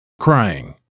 crying